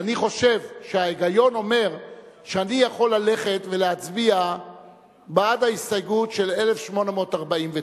אני חושב שההיגיון אומר שאני יכול ללכת ולהצביע בעד ההסתייגות של 1,849,